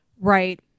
Right